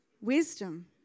wisdom